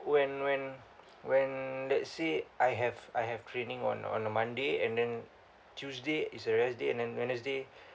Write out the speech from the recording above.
when when when let's say I have I have training on on a monday and then tuesday is a rest day and then wednesday